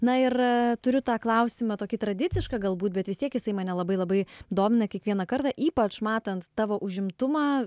na ir turiu tą klausimą tokį tradicišką galbūt bet vis tiek jisai mane labai labai domina kiekvieną kartą ypač matant tavo užimtumą